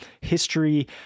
history